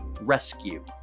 rescue